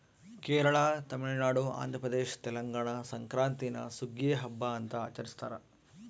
ಕೇರಳ ತಮಿಳುನಾಡು ಆಂಧ್ರಪ್ರದೇಶ ತೆಲಂಗಾಣದಾಗ ಸಂಕ್ರಾಂತೀನ ಸುಗ್ಗಿಯ ಹಬ್ಬ ಅಂತ ಆಚರಿಸ್ತಾರ